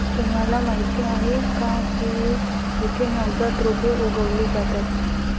तुम्हाला माहीत आहे का की येथे नवजात रोपे उगवली जातात